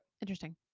interesting